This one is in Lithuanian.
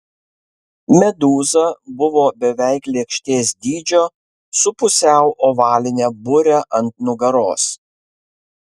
medūza buvo beveik lėkštės dydžio su pusiau ovaline bure ant nugaros